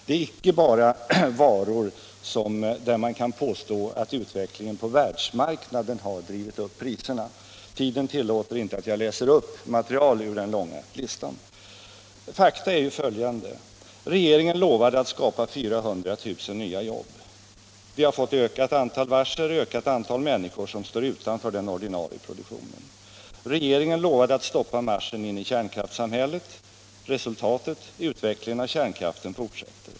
Det rör sig icke bara om varor där man kan påstå att utvecklingen på världsmarknaden har drivit upp priserna. Tiden tillåter inte att jag läser upp material ur den långa listan. Fakta är nu följande: regeringen lovade att skapa 400 000 nya jobb. Vi har fått ett ökat antal varsel, och ett ökat antal människor står utanför den ordinarie produktionen. Regeringen lovade att stoppa marschen in i kärnkraftssamhället. Resultat: utvecklingen av kärnkraften fortsätter.